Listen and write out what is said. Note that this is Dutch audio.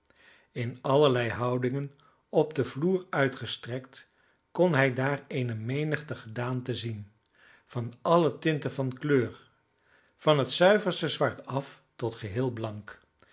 in allerlei houdingen op de vloer uitgestrekt kon hij daar eene menigte gedaanten zien van alle tinten van kleur van het zuiverste zwart af tot geheel blank